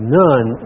none